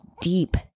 deep